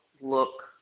look